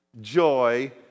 joy